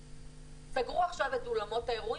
--- סגרו עכשיו את אולמות האירועים,